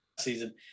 season